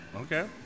okay